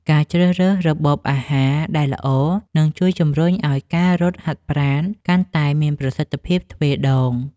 ការជ្រើសរើសរបបអាហារដែលល្អ នឹងជួយជម្រុញឱ្យការរត់ហាត់ប្រាណកាន់តែមានប្រសិទ្ធភាពទ្វេដង។